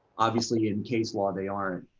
obviously, in case law they aren't.